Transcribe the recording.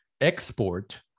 export